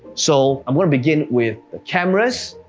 so i'm gonna begin with the cameras,